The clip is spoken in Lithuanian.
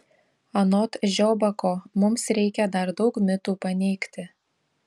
anot žiobako mums reikia dar daug mitų paneigti